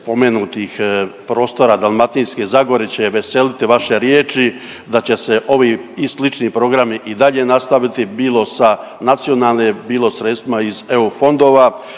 spomenutih prostora Dalmatinske zagore će veseliti vaše riječi da će se ovi i slični programi i dalje nastaviti bilo sa nacionalne, bilo sredstvima iz EU fondova.